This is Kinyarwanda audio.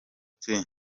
tea